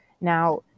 Now